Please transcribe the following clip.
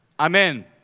Amen